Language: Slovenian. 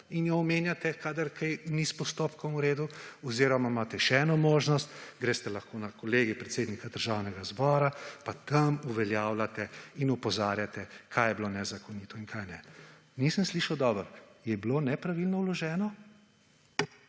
in jo omenjate kadar kaj ni s postopkom v redu oziroma imate še eno možnost. Greste lahko na Kolegij predsednika Državnega zbora pa tam uveljavljate in opozarjate kaj je bilo nezakonito in kaj ne. Nisem slišal dobro, je bilo nepravilno vloženo?